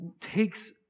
takes